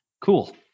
cool